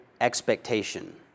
expectation